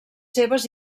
seves